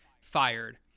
fired